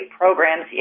programs